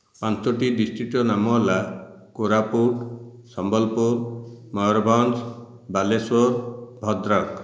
ପାଞ୍ଚଟି ଡିଷ୍ଟ୍ରିକ୍ଟର ନାମ ହେଲା କୋରାପୁଟ ସମ୍ବଲପୁର ମୟୁରଭଞ୍ଜ ବାଲେଶ୍ୱର ଭଦ୍ରକ